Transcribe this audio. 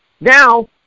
Now